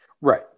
right